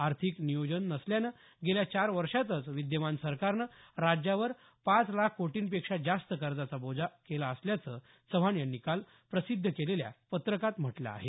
आर्थिक नियोजन नसल्यानं गेल्या चार वर्षातच विद्यमान सरकारनं राज्यावर पाच लाख कोटींपेक्षा जास्त कर्जाचा बोजा केला असल्याचं चव्हाण यांनी काल प्रसिद्ध केलेल्या पत्रकात म्हटलं आहे